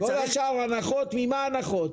ממה הנחות?